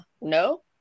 No